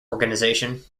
organization